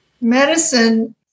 Medicine